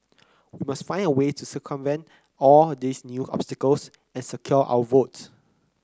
we must find a way to circumvent all these new obstacles and secure our votes